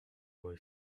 boy